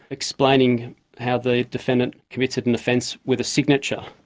explaining how the defendant committed an offence with a signature.